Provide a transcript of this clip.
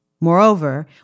Moreover